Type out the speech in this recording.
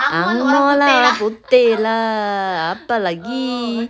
ang moh lah putih lah apa lagi